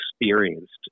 experienced